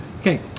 Okay